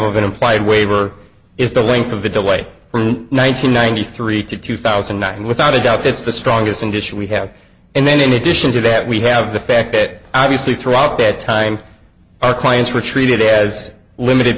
of an implied waiver is the length of the delay from nine hundred ninety three to two thousand and nine without a doubt that's the strongest and issue we have and then in addition to that we have the fact that obviously throughout that time our clients were treated as limited